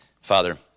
Father